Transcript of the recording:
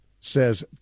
says